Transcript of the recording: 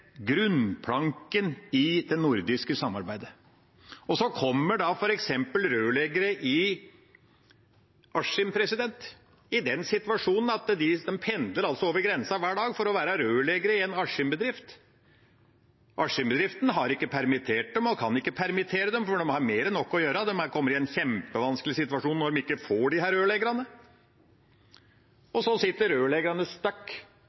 det nordiske samarbeidet. Så kommer da f.eks. rørleggere som pendler over grensa hver dag for å være rørleggere i en Askim-bedrift, i den situasjonen at Askim-bedriften ikke har permittert dem og ikke kan permittere dem, for de har mer enn nok å gjøre, de kommer i en kjempevanskelig situasjon når de ikke får disse rørleggerne, og så sitter rørleggerne